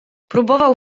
próbował